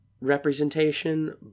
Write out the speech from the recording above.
representation